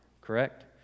Correct